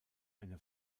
eine